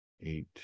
eight